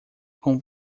com